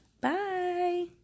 bye